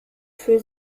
für